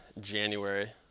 January